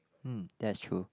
hmm that's true